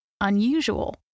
unusual